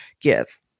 give